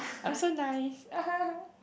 I'm so nice